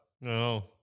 No